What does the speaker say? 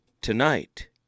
Tonight